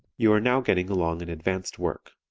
you are now getting along in advanced work.